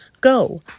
Go